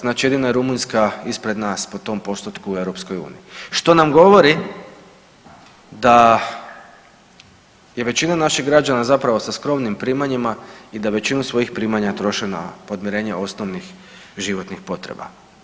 Znači jedino je Rumunjska ispred nas po tom postotku u EU što nam govori da je većina naših građana zapravo sa skromnim primanjima i da većinu svojih primanja troše na podmirenje osnovnih životnih potreba.